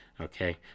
Okay